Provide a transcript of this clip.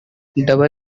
double